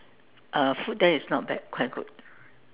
uh food there is not bad quite good